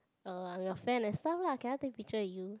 uh I'm your fan and stuff lah can I take picture with you